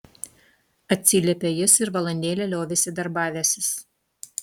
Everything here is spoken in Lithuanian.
atsiliepė jis ir valandėlę liovėsi darbavęsis